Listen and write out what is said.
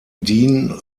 dean